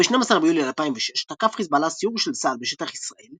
ב־12 ביולי 2006 תקף חזבאללה סיור של צה"ל בשטח ישראל,